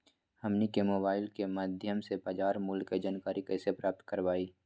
हमनी के मोबाइल के माध्यम से बाजार मूल्य के जानकारी कैसे प्राप्त करवाई?